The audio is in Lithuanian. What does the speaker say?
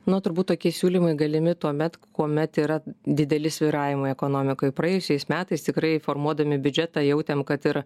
nu turbūt tokie siūlymai galimi tuomet kuomet yra dideli svyravimai ekonomikoj praėjusiais metais tikrai formuodami biudžetą jautėm kad ir